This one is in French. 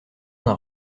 d’un